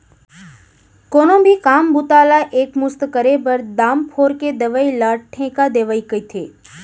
कोनो भी काम बूता ला एक मुस्त करे बर, दाम फोर के देवइ ल ठेका देवई कथें